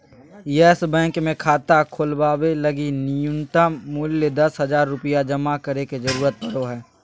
yes bank मे खाता खोलवावे लगी नुय्तम मूल्य दस हज़ार रुपया जमा करे के जरूरत पड़ो हय